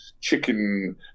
chicken